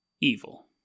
evil